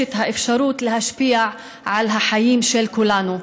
יש את האפשרות להשפיע על החיים של כולנו,